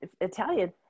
Italian